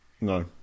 No